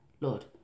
Lord